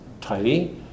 tidy